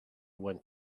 went